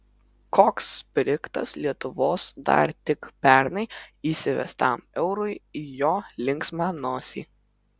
koks sprigtas lietuvos dar tik pernai įsivestam eurui į jo linksmą nosį